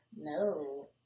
No